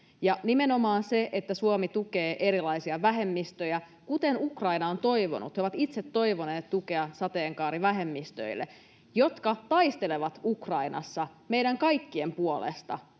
nimenomaan sillä, että Suomi tukee erilaisia vähemmistöjä, kuten Ukraina on toivonut. He ovat itse toivoneet tukea sateenkaarivähemmistöille, jotka taistelevat Ukrainassa meidän kaikkien puolesta.